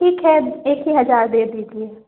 ठीक है एक ही हजार दे दीजिए